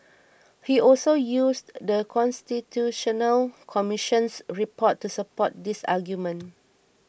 he also used The Constitutional Commission's report to support this argument